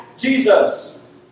Jesus